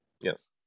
Yes